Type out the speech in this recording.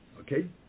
Okay